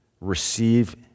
receive